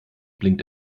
blinkt